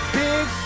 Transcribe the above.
big